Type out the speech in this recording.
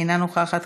אינה נוכחת,